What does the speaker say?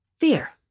fear